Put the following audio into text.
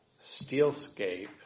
steelscape